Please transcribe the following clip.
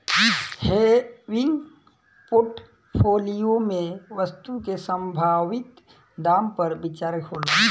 हेविंग portfolio में वस्तु के संभावित दाम पर विचार होला